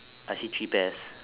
I see three pairs